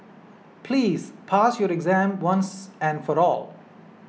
please pass your exam once and for all